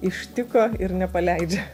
ištiko ir nepaleidžia